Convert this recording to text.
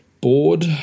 board